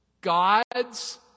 God's